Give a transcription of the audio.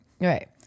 Right